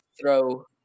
throw